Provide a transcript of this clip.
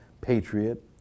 patriot